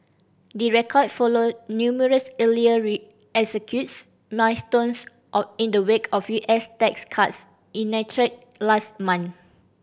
the record follow numerous earlier milestones or in the wake of U S tax cuts enacted last month